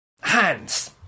Hands